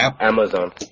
Amazon